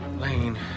Lane